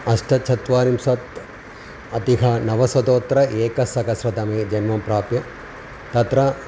अष्टचत्वारिंशदधिकः नवशतोत्तरेकसहस्रतमे जन्मं प्राप्य तत्र